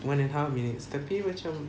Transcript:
one and a half minutes tapi macam